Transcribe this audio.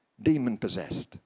demon-possessed